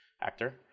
actor